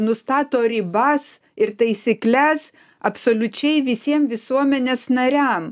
nustato ribas ir taisykles absoliučiai visiem visuomenės nariam